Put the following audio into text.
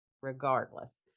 regardless